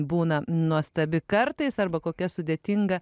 būna nuostabi kartais arba kokia sudėtinga